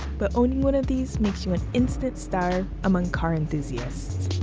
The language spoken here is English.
but owning one of these makes you an instant star among car enthusiasts.